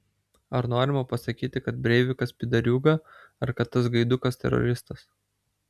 ar norima pasakyti kad breivikas pydariūga ar kad tas gaidukas teroristas